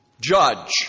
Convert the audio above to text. judge